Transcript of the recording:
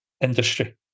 industry